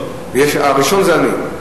הראשון זה אני.